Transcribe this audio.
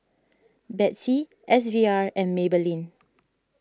Betsy S V R and Maybelline